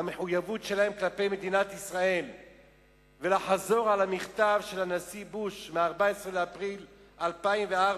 כלפי מדינת ישראל ולחזור על המכתב של הנשיא בוש מ-14 באפריל 2004,